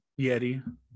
Yeti